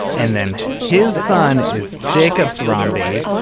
and then his son is jacob thrawn b.